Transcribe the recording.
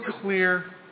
clear